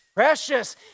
precious